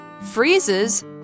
freezes